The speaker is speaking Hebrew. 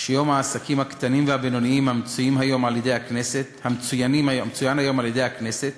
שיום העסקים הקטנים והבינוניים המצוין היום על-ידי הכנסת